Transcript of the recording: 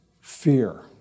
fear